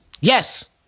Yes